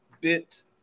bit